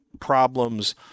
problems